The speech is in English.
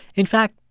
in fact,